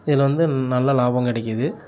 இதில் வந்து நல்ல லாபம் கிடைக்கிது